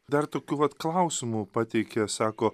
dar tokių vat klausimų pateikia sako